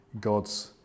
God's